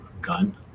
gun